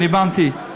אני הבנתי.